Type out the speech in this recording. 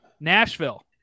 Nashville